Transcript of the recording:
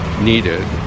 needed